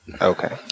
Okay